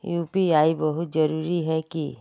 UPI बहुत जरूरी है की?